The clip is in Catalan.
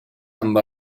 amb